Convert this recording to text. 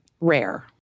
Rare